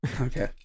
Okay